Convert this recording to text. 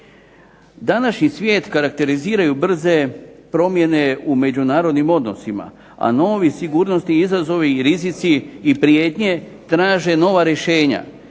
Današnji svijet karakteriziraju brze promjene u međunarodnim odnosima, a novi sigurnosni izazovi i rizici i prijetnje traže nova rješenja